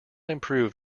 improve